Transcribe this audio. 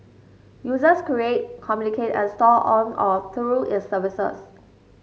users create communicate and store on or through its services